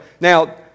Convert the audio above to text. Now